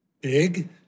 Big